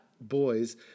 boys